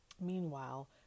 meanwhile